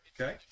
Okay